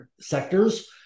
sectors